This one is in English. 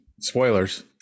Spoilers